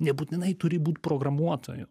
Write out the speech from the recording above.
nebūtinai turi būt programuotoju